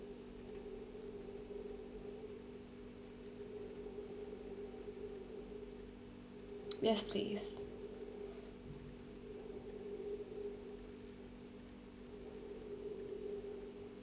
yes please